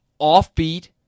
offbeat